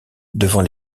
devant